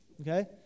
Okay